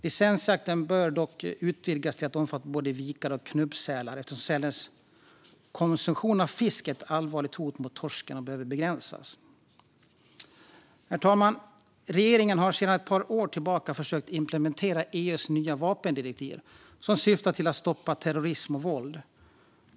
Licensjakten bör dock utvidgas till att omfatta både vikare och knubbsäl, eftersom sälarnas konsumtion av fisk är ett allvarligt hot mot torsken och behöver begränsas. Herr talman! Regeringen har sedan ett par år tillbaka försökt implementera EU:s nya vapendirektiv, som syftar till att stoppa terrorism och våld.